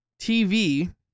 TV